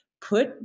put